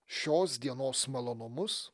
šios dienos malonumus